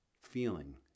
feeling